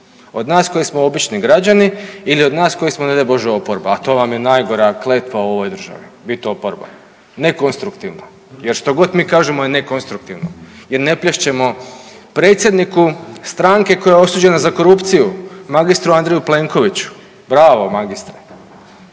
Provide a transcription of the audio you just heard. Od nas koji smo obični građani ili od nas koji smo, ne daj Bože oporba, a to vam je najgora kletva u ovoj državi, bit oporba, nekonstruktivna jer što god mi kažemo je nekonstruktivno jer ne plješćemo predsjedniku stranke koja je osuđena za korupciju, magistru Andreju Plenkoviću. Bravo, magistre.